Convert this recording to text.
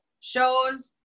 Shows